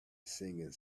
singing